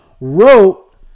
wrote